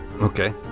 Okay